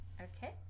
Okay